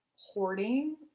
hoarding